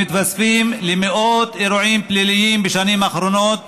הם מתווספים למאות אירועים פליליים בשנים האחרונות